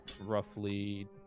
roughly